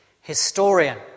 historian